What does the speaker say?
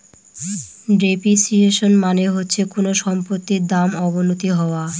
depreciation মানে হচ্ছে কোনো সম্পত্তির দাম অবনতি হওয়া